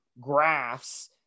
graphs